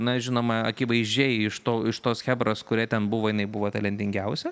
na žinoma akivaizdžiai iš to iš tos chebros kurioj ten buvo jinai buvo talentingiausia